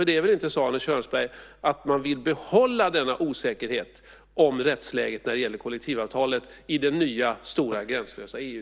Det är väl inte så, Arne Kjörnsberg, att man vill behålla denna osäkerhet om rättsläget när det gäller kollektivavtalet i det nya, stora och gränslösa EU?